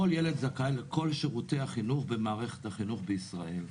כל ילד זכאי לכל שירותי החינוך במערכת החינוך בישראל.